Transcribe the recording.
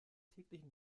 täglichen